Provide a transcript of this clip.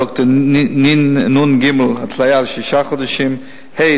ד"ר נ"ג, התליה לשישה חודשים, ה.